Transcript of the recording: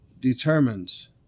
determines